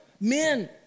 Men